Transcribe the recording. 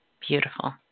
Beautiful